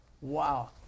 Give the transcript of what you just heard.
Wow